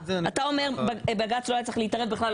אתה אומר בג"צ לא היה צריך להתערב בכלל,